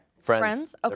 Friends